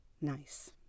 Nice